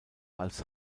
als